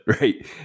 right